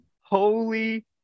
holy